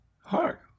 Hark